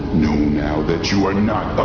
know now that you are not ah